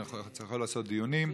אני יכול לעשות דיונים.